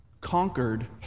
conquered